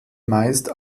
meist